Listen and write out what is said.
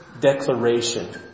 declaration